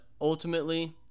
ultimately